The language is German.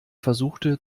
versuchte